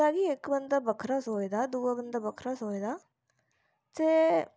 इयां गै इक बंदा बक्खरा सोचदा दूआ बंदा बक्खरा सोचदा ते